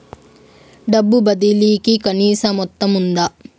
డబ్బు బదిలీ కి కనీస మొత్తం ఉందా?